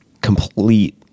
complete